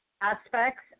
aspects